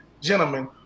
gentlemen